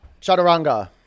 Chaturanga